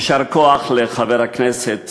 יישר כוח לחבר הכנסת